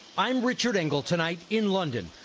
i'm richard engel tonight in london.